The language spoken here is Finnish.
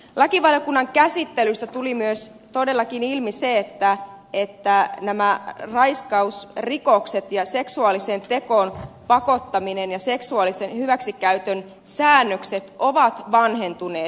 lakivaliokunnan käsittelyssä tuli myös todellakin ilmi se että nämä raiskausrikosten seksuaaliseen tekoon pakottamisen ja seksuaalisen hyväksikäytön säännökset ovat vanhentuneet